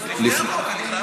אז לפני החוק.